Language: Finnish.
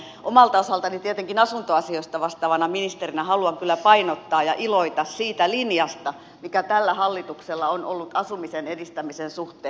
tietenkin omalta osaltani asuntoasioista vastaavana ministerinä haluan kyllä painottaa sitä ja iloita siitä linjasta mikä tällä hallituksella on ollut asumisen edistämisen suhteen